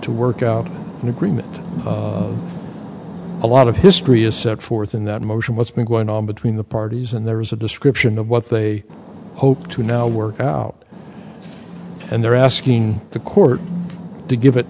to work out an agreement a lot of history is set forth in that motion what's been going on between the parties and there was a description of what they hoped to now work out and they're asking the court to give it